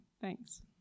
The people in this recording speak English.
thanks